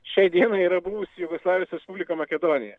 šiai dienai yra buvusi jugoslavijos respublika makedonija